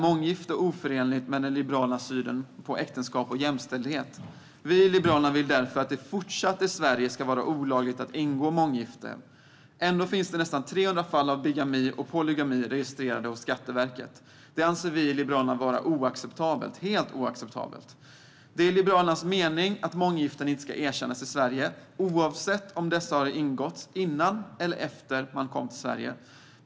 Månggifte är oförenligt med den liberala synen på äktenskap och jämställdhet. Vi i Liberalerna vill därför att det även i fortsättningen i Sverige ska vara olagligt att ingå månggifte. Ändå finns det nästan 300 fall av bigami och polygami registrerade hos Skatteverket. Detta anser vi i Liberalerna vara helt oacceptabelt. Det är Liberalernas mening att månggiften inte ska erkännas i Sverige, oavsett om dessa har ingåtts innan eller efter att man kom till Sverige.